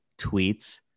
tweets